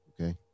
okay